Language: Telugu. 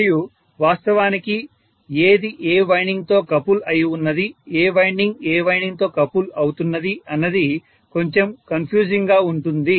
మరియు వాస్తవానికి ఏది ఏ వైండింగ్ తో కపుల్ అయి ఉన్నది ఏ వైండింగ్ ఏ వైండింగ్ తో కపుల్ అవుతున్నది అన్నది కొంచెం కన్ఫ్యూజింగ్ గా ఉంటుంది